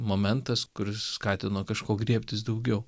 momentas kuris skatino kažko griebtis daugiau